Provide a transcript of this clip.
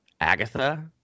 Agatha